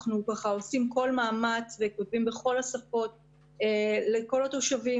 אנחנו עושים כל מאמץ וכותבים בכלל השפות לכל התושבים